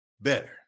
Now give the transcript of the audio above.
better